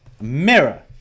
mirror